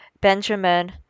Benjamin